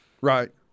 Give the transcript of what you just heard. Right